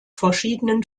verschiedenen